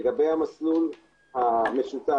לגבי המסלול המשותף,